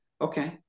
okay